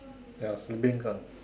ya siblings ah